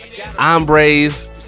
hombres